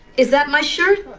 is that my shirt?